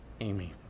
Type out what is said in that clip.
Amy